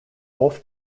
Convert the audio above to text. wolf